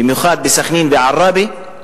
במיוחד בסח'נין ועראבה,